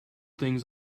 things